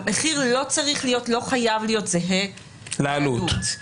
המחיר לא חייב להיות זהה לעלות,